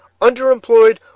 underemployed